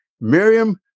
Miriam